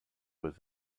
was